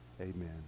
Amen